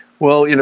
well, you know